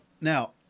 now